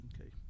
Okay